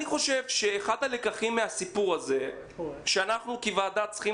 אני חושב שאחד הלקחים מן הסיפור הזה שאנחנו כוועדה צריכים